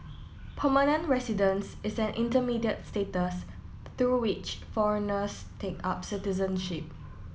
permanent residence is an intermediate status through which foreigners take up citizenship